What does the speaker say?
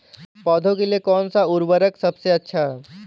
पौधों के लिए कौन सा उर्वरक सबसे अच्छा है?